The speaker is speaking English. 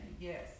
Yes